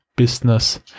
Business